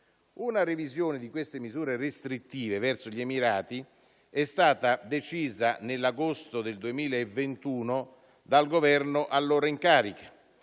Una revisione di queste misure restrittive verso gli Emirati è stata decisa nell'agosto del 2021 dal Governo allora in carica,